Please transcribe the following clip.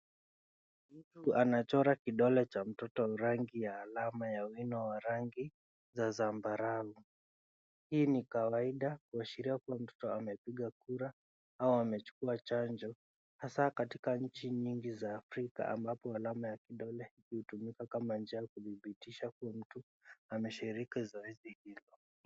Mtu anachora kidole cha mtoto rangi ya alama ya wino wa rangi za zambarau. Hii ni kawaida kuashiria kuwa mtoto amepiga kura au amechukua chanjo hasa katika nchi nyingi za Afrika ambapo alama ya kidole hutumika kama njia ya kudhibitisha kuwa mtu ameshiriki zoezi hilo.